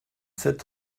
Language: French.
cet